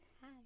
Hi